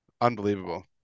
Unbelievable